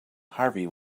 harvey